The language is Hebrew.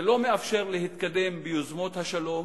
זה לא מאפשר להתקדם ביוזמות השלום,